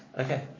okay